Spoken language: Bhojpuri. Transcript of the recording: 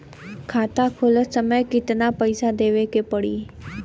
खाता खोलत समय कितना पैसा देवे के पड़ी?